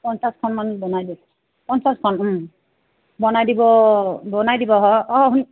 পঞ্চাছখন মান বনাই দিব পঞ্চাছখন বনাই দিব বনাই দিব অঁ